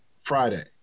friday